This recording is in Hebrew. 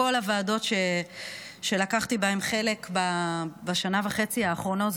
מכל הוועדות שלקחתי בהן חלק בשנה וחצי האחרונות,